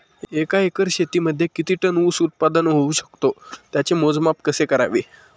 एका एकर शेतीमध्ये किती टन ऊस उत्पादन होऊ शकतो? त्याचे मोजमाप कसे करावे?